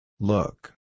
Look